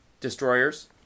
destroyers